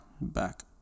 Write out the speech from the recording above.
back